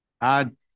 Add